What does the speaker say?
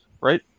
right